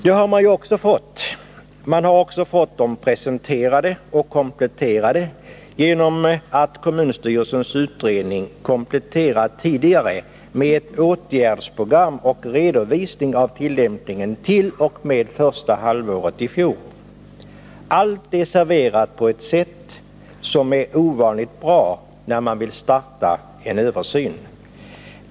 Det har man nu också fått. Man har också fått informationen presenterad och kompletterad genom att kommunstyrelsens utredning tidigare utökats med ett åtgärdsprogram och en redovisning av tillämpningen t.o.m. första halvåret i fjol. Allt är serverat på ett sätt som är ovanligt bra när man vill starta en översyn.